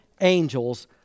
angels